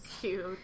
Cute